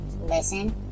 Listen